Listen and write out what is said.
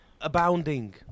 abounding